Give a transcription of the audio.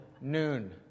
Noon